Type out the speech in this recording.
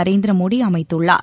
நரேந்திரமோடி அமைத்துள்ளார்